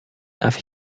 darf